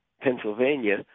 Pennsylvania